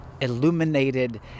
illuminated